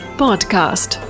podcast